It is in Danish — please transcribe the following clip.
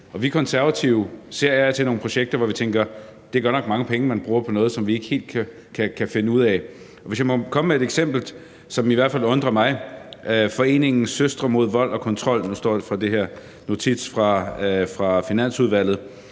Vi Konservative ser af og til nogle projekter, hvor vi tænker, at det godt nok er mange penge, man bruger på noget, som vi ikke helt kan finde ud af hvad er. Lad mig komme med et eksempel, som i hvert fald undrer mig, nemlig foreningen Søstre mod vold og kontrol – nu står jeg med et notat fra Finansudvalget